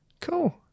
Cool